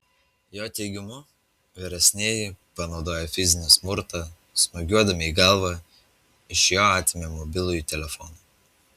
jo teigimu vyresnieji panaudoję fizinį smurtą smūgiuodami į galvą iš jo atėmė mobilųjį telefoną